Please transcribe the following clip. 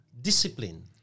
discipline